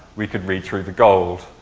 we could read through the gold.